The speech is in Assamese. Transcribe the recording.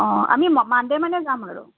অঁ আমি ম মানডে মানে যাম আৰু